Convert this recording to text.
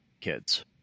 kids